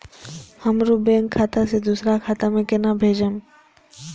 हमरो बैंक खाता से दुसरा खाता में केना भेजम?